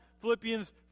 Philippians